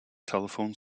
telephone